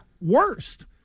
worst